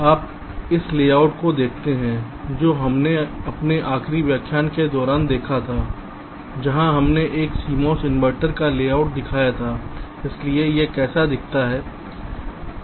आप इस लेआउट को देखते हैं जो हमने अपने आखिरी व्याख्यान के दौरान देखा था जहां हमने एक CMOS इन्वर्टर का लेआउट दिखाया था इसलिए यह कैसा दिखता है ठीक है